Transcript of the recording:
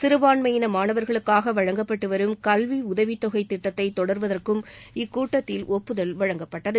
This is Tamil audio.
சிறுபான்மையின மாணவர்களுக்காக வழங்கப்பட்டு வரும் கல்வி உதவித்தொகை திட்டத்தை தொடர்வதற்கும் இக்கூட்டத்தில் ஒப்புதல் வழங்கப்பட்டது